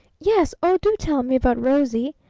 yes! oh, do tell me about rosie,